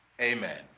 Amen